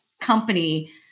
company